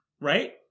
right